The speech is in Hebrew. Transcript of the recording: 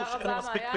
תודה רבה, מעיין.